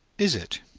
is it?